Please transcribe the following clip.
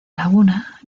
laguna